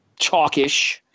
chalkish